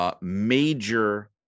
Major